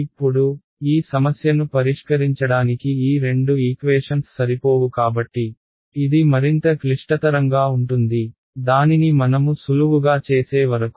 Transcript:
ఇప్పుడు ఈ సమస్యను పరిష్కరించడానికి ఈ రెండు ఈక్వేషన్స్ సరిపోవు కాబట్టి ఇది మరింత క్లిష్టతరంగా ఉంటుంది దానిని మనము సులువుగా చేసే వరకు